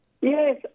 Yes